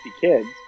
kids